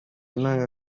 nanga